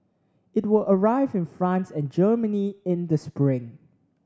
it will arrive in France and Germany in the spring